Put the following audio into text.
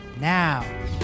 now